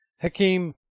Hakeem